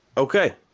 Okay